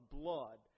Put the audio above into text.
blood